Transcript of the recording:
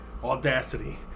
Audacity